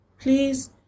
please